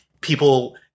people